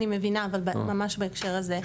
ממש בהקשר הזה?